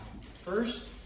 First